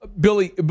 Billy